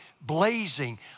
blazing